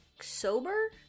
sober